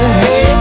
hey